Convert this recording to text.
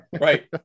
Right